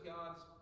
God's